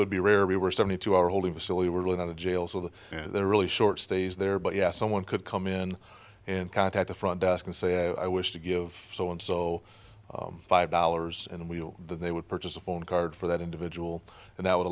it would be rare we were seventy two hour hold of a silly were let out of jail so that they're really short stays there but yes someone could come in and contact the front desk and say i wish to give so and so five dollars and we'll they would purchase a phone card for that individual and that would